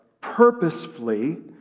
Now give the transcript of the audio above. purposefully